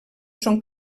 són